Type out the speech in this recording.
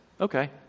okay